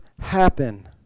happen